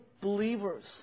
believers